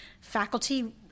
Faculty